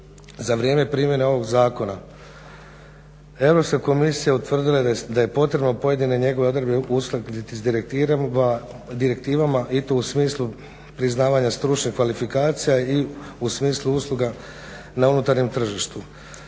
Za vrijeme primjene ovog Zakona Europska komisija utvrdila je da je potrebno pojedine njegove odredbe uskladiti s direktivama i to u smislu priznavanja stručnih kvalifikacija i u smislu usluga na unutarnjem tržištu.